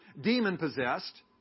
demon-possessed